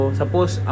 suppose